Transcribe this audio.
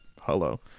Hello